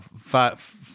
five